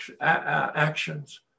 actions